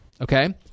Okay